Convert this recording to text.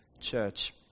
church